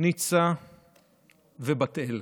ניצה ובת אל.